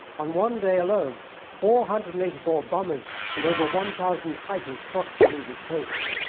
on one day alone four hundred and eighty four bombers and over one thousand fighters crossed the english coast.